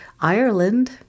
Ireland